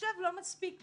עכשיו לא מספיק בשבילה,